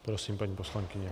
Prosím, paní poslankyně.